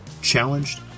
challenged